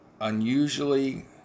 unusually